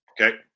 Okay